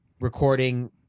recording